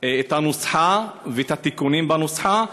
את הנוסחה ואת התיקונים בנוסחה?